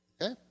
Okay